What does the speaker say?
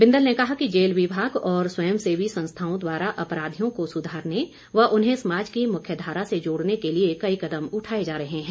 बिंदल ने कहा कि जेल विभाग और स्वयं सेवी संस्थाओं द्वारा अपराधियों को सुधारने व उन्हें समाज की मुख्य धारा से जोड़ने के लिए कई कदम उठाए जा रहे हैं